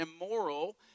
immoral